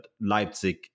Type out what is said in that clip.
Leipzig